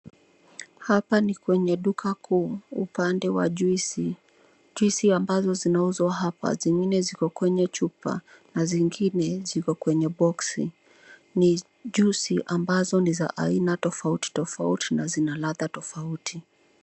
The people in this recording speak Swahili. Hapa ni kwenye duka kuu upande wa juisi, juisi ambazo zinauzwa hapa zingine ziko kwenye chupa na zingine ziko kwenye boxi, ni juisi ambazo ni za aina tofautitofauti na zina ladha tofauti.